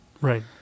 Right